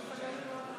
מי בעד?